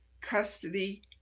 custody